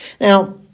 Now